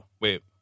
wait